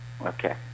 okay